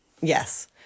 Yes